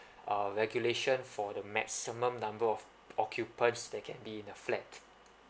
uh regulation for the maximum number of occupants that can be in the flat